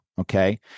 Okay